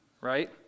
right